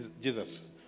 Jesus